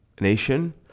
nation